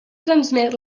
transmet